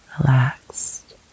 relaxed